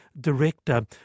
director